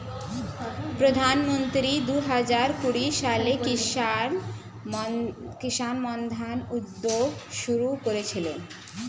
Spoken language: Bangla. প্রধানমন্ত্রী দুহাজার কুড়ি সালে কিষান মান্ধান উদ্যোগ শুরু করেছিলেন